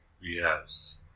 Yes